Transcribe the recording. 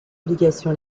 obligation